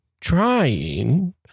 trying